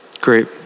Great